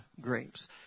grapes